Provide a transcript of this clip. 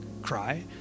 cry